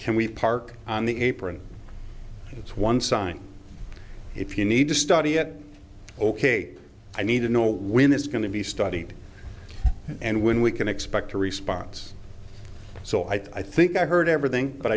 can we park on the apron it's one sign if you need to study it ok i need to know when it's going to be studied and when we can expect a response so i think i heard everything but